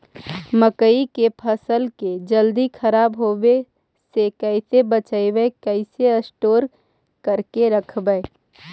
मकइ के फ़सल के जल्दी खराब होबे से कैसे बचइबै कैसे स्टोर करके रखबै?